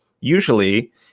usually